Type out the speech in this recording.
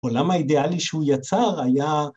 ‫העולם האידיאלי שהוא יצר היה...